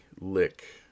lick